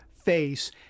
face